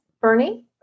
Bernie